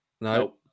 No